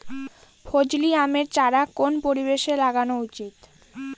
ফজলি আমের চারা কোন পরিবেশে লাগানো উচিৎ?